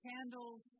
Candles